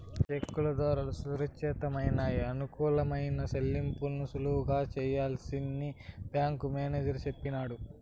సెక్కుల దోరా సురచ్చితమయిన, అనుకూలమైన సెల్లింపుల్ని సులువుగా సెయ్యొచ్చని బ్యేంకు మేనేజరు సెప్పినాడు